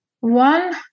One